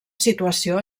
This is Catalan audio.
situació